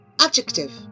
adjective